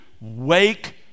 Wake